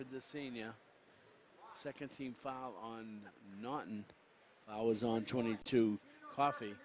for the senior second team foul on not and i was on twenty two coffee